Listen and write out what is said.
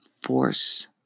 force